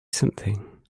something